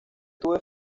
tuve